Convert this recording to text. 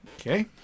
Okay